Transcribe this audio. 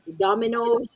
domino